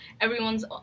everyone's